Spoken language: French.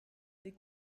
des